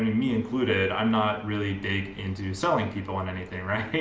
me included i'm not really big into selling people on anything, right.